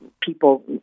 people